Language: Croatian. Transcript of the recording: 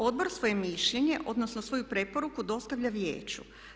Odbor svoje mišljenje, odnosno svoju preporuku dostavlja Vijeću.